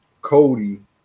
cody